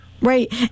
right